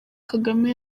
kagame